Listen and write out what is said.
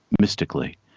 mystically